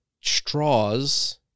straws